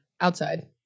Outside